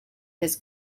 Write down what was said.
his